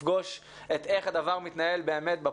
כדי לראות איך הדבר באמת מתנהל בפועל,